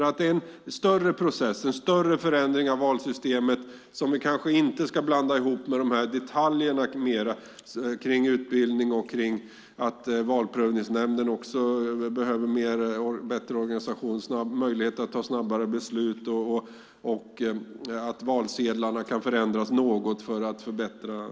Det är en större process och en större förändring av valsystemet som vi nog inte ska blanda ihop med frågor om utbildning, att Valprövningsnämnden behöver bättre organisation och få möjlighet att ta snabbare beslut och att valsedlarna kan förändras något för att bli bättre.